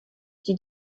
die